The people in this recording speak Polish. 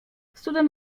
student